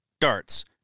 Darts